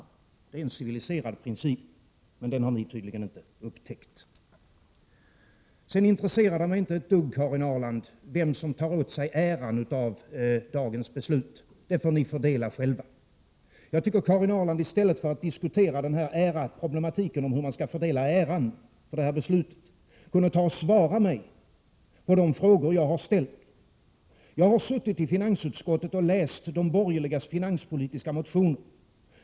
Det är en civiliserad princip — men den har ni tydligen inte upptäckt. Det intresserar mig inte ett dugg, Karin Ahrland, vem som tar åt sig äran för dagens beslut. Den får ni fördela själva. Jag tycker Karin Ahrland i stället för att diskutera problematiken om hur den äran skall fördelas kunde ta och svara mig på de frågor jag har ställt. Jag har suttit i finansutskottet och läst de borgerligas finanspolitiska motioner.